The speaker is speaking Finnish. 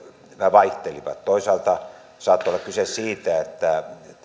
vaihtelivat toisaalta saattoi olla kyse siitä että